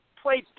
played